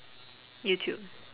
youtube